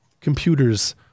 computer's